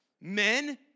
men